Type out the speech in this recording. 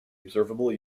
observable